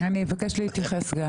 אבקש גם להתייחס.